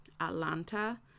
Atlanta